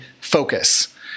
focus